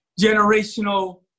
generational